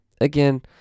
again